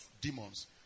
demons